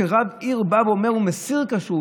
כולל בנושא הכשרות,